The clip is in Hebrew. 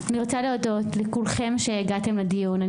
אני רוצה להודות לכולכם שהגעתם לדיון.